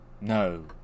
No